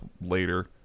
later